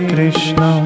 Krishna